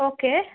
okay